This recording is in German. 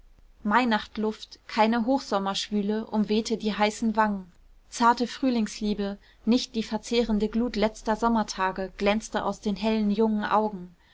mainachtluft keine hochsommerschwüle umwehte die heißen wangen zarte frühlingsliebe nicht die verzehrende glut letzter sommertage glänzte aus den hellen jungen augen